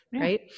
right